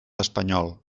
espanyol